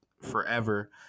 forever